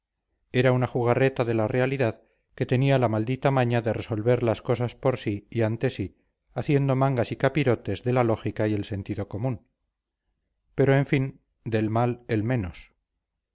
era una jugarreta de la realidad que tenía la maldita maña de resolver las cosas por sí y ante sí haciendo mangas y capirotes de la lógica y el sentido común pero en fin del mal el menos